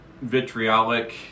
vitriolic